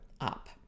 up